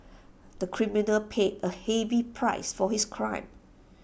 the criminal paid A heavy price for his crime